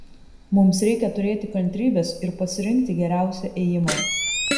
mums reikia turėti kantrybės ir pasirinkti geriausią ėjimą